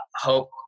hope